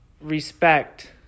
respect